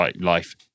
life